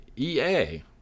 EA